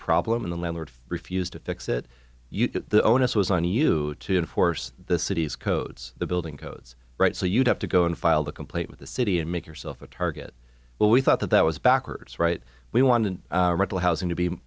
problem in the landlord refused to fix it you the onus was on you to enforce the city's codes the building codes right so you'd have to go and filed a complaint with the city and make yourself a target well we thought that that was backwards right we wanted rental housing to be